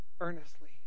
earnestly